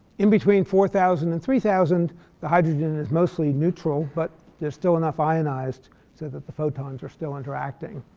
in between four thousand and three thousand the hydrogen is mostly neutral, but they're still enough ionized so that the photons are still interacting.